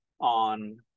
on